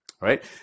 Right